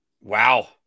Wow